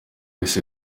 isi